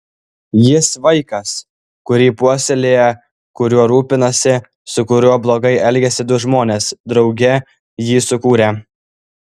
jis vaikas kurį puoselėja kuriuo rūpinasi su kuriuo blogai elgiasi du žmonės drauge jį sukūrę